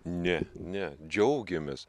ne ne džiaugiamės